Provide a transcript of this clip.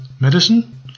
Medicine